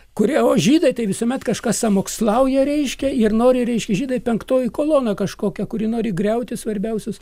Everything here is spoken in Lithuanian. kuri o žydai tai visuomet kažką sąmokslauja reiškia ir nori reiškia žydai penktoji kolona kažkokia kuri nori griauti svarbiausius